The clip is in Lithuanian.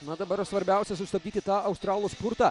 na dabar svarbiausia sustabdyti tą australų spurtą